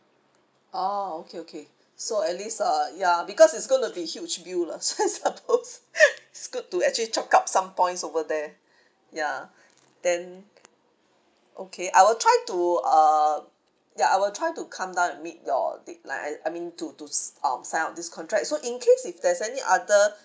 orh okay okay so at least uh ya because it's going to be huge bill lah so I suppose it's good to actually chop up some points over there ya then okay I'll try to uh ya I'll try to come down and meet your dateline I I mean to to um sign up this contract so in case if there's any other